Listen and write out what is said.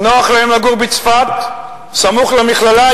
אם נוח להם בצפת סמוך למכללה,